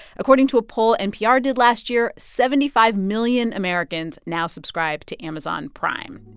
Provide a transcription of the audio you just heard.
according to a poll npr did last year, seventy five million americans now subscribe to amazon prime.